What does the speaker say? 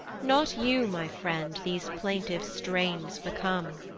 not you, my friend, these plaintive strains become,